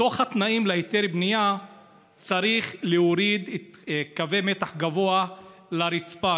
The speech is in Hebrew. לפי התנאים להיתר הבנייה צריך להוריד קווי מתח גבוה לרצפה,